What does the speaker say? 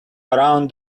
around